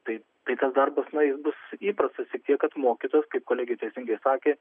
tai tai tas darbas na jis bus įprastas tik tiek kad mokytojas kaip kolegė tiesiogiai sakė